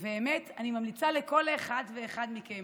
האמת, אני ממליצה לכל אחת ואחד מכם,